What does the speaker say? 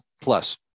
plus